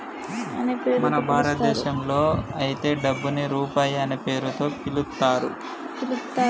మన భారతదేశంలో అయితే డబ్బుని రూపాయి అనే పేరుతో పిలుత్తారు